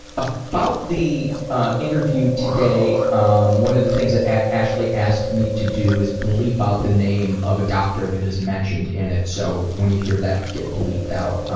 ah about the ah interview today, um one of the things that ashly asked me to do was bleep out the name of a doctor that was mentioned in it, so when you hear that get bleeped out,